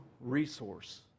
resource